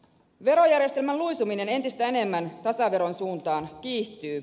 verojärjestelmän luisuminen entistä enemmän tasaveron suuntaan kiihtyy